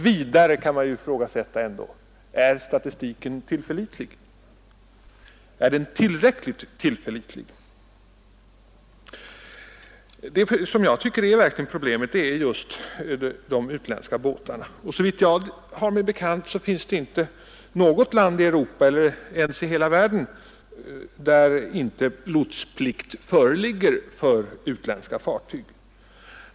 Vidare kan man fråga sig om statistiken är tillräckligt tillförlitlig. Jag tycker att det är just de utländska fartygen som är problemet. Såvitt jag har mig bekant finns det inte något land i Europa, eller ens i hela världen, där inte lotsplikt föreligger för utländska fartyg.